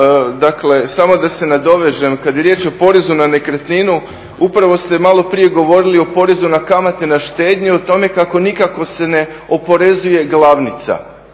Samo da se nadovežem, kada je riječ o porezu na nekretninu upravo ste malo prije govorili o porezu na kamate na štednju i o tome kako nikako se ne oporezuje glavnica,